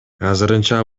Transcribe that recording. азырынча